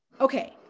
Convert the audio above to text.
Okay